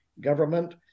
government